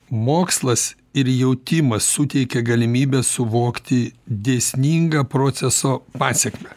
mokslas ir jautimas suteikia galimybę suvokti dėsningą proceso pasekmę